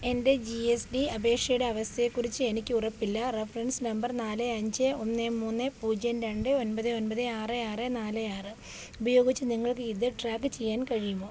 എൻ്റെ G S T അപേക്ഷയുടെ അവസ്ഥയെക്കുറിച്ച് എനിക്കുറപ്പില്ല റഫറൻസ് നമ്പർ നാല് അഞ്ച് ഒന്ന് മൂന്ന് പൂജ്യം രണ്ട് ഒൻപത് ഒൻപത് ആറ് ആറ് നാല് ആറ് ഉപയോഗിച്ച് നിങ്ങൾക്ക് ഇത് ട്രാക്ക് ചെയ്യാൻ കഴിയുമോ